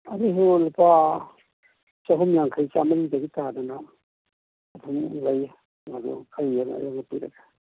ꯑꯗꯨꯁꯨ ꯂꯨꯄꯥ ꯆꯍꯨꯝ ꯌꯥꯡꯈꯩ ꯆꯃꯔꯤꯗꯒꯤ ꯇꯥꯗꯅ ꯑꯗꯨꯝ ꯂꯩ ꯑꯗꯨ ꯈꯔ ꯌꯦꯡꯉ ꯌꯦꯡꯉꯒ ꯄꯤꯔꯒꯦ